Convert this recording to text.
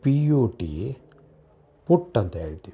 P U T put ಅಂತ ಹೇಳ್ತೀವಿ